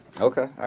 Okay